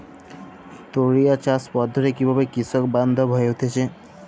টোরিয়া চাষ পদ্ধতি কিভাবে কৃষকবান্ধব হয়ে উঠেছে?